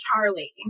Charlie